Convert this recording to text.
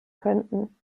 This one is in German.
könnten